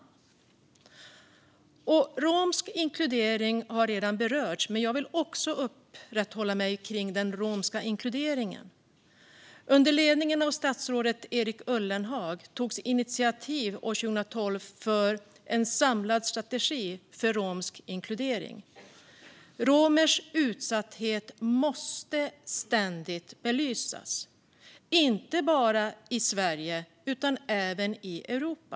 Jag ska också ta upp den romska inkluderingen. Under ledning av statsrådet Erik Ullenhag togs initiativ år 2012 till en samlad strategi för romsk inkludering. Romers utsatthet måste ständigt belysas, inte bara i Sverige utan även i Europa.